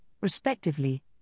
respectively